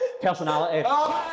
personality